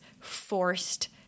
forced